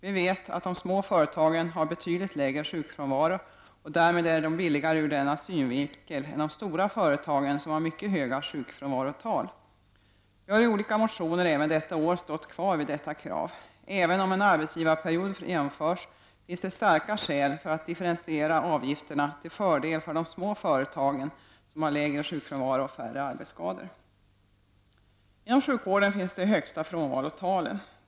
Vi vet att de små företagen har betydligt lägre sjukfrånvaro och därmed är de billigare ur denna synpunkt än de stora företagen, som har mycket höga sjukfrånvarotal. Vi har i olika motioner även detta år stått kvar vid detta krav. Även om en arbetsgivarperiod genomförs, finns det starka skäl för att differentiera avgifterna till fördel för de små företagen, som har lägre sjukfrånvaro och färre arbetsskador. Inom sjukvården finns de högsta frånvarotalen.